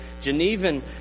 Genevan